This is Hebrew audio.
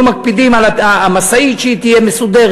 היו מקפידים על המשאית שהיא תהיה מסודרת,